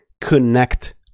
connect